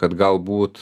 kad galbūt